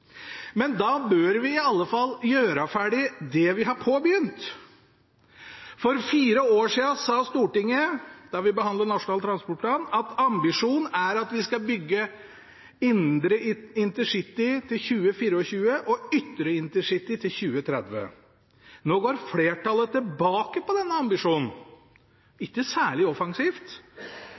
Men da bør vi i alle fall gjøre ferdig det vi har påbegynt. For fire år siden sa Stortinget da vi behandlet Nasjonal transportplan, at ambisjonen var at vi skal bygge indre intercity til 2024 og ytre intercity til 2030. Nå går flertallet tilbake på den ambisjonen, det er ikke særlig offensivt.